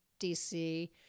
DC